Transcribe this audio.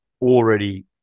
already